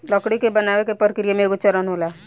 लकड़ी के बनावे के प्रक्रिया में एगो चरण होला